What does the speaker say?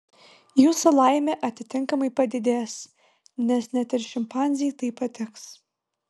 jūsų laimė atitinkamai padidės nes net ir šimpanzei tai patiks